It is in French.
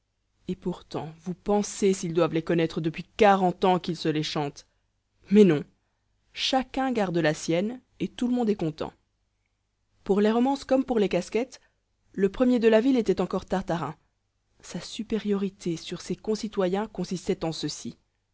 et pourtant vous pensez s'ils doivent les connaître depuis quarante ans qu'ils se les chantent mais non chacun garde la sienne et tout le monde est content pour les romances comme pour les casquettes le premier de la ville était encore tartarin sa supériorité sur ses concitoyens consistait en ceci